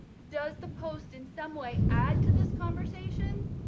does the post in some way, add to this conversation.